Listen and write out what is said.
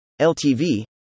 LTV